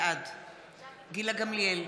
בעד גילה גמליאל,